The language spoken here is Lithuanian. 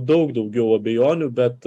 daug daugiau abejonių bet